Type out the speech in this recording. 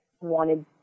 wanted